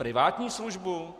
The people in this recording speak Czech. Privátní službu?